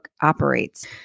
operates